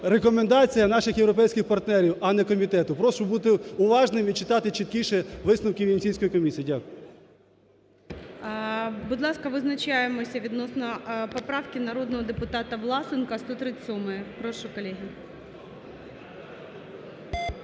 рекомендація наших європейських партнерів, а не комітету. Прошу бути уважними і читати чіткіше висновки Венеційської комісії. Дякую. ГОЛОВУЮЧИЙ. Будь ласка, визначаємось відносно поправки народного депутата Власенка, 137-ї. Прошу, колеги